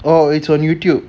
oh it's on youtube